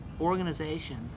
organization